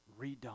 redone